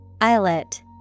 Islet